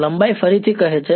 લંબાઈ ફરીથી કહે છે